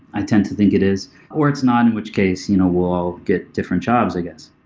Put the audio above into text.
i tend to think it is. or it's not, in which case you know we'll get different jobs, i guess.